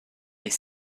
est